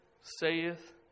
saith